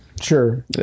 sure